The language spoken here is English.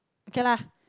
okay lah